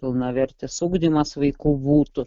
pilnavertis ugdymas vaikų būtų